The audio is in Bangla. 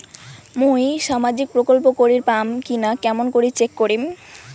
মুই সামাজিক প্রকল্প করির পাম কিনা কেমন করি চেক করিম?